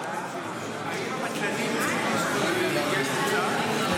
האם הבטלנים צריכים להתגייס לצה"ל?